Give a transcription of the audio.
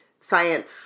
science